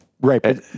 Right